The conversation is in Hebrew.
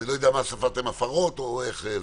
אני לא יודע אם ספרתם הפרות או משהו אחר,